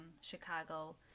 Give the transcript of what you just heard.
Chicago